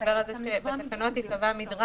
שמדבר על זה שבתקנות ייקבע מדרג,